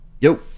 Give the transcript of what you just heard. Yo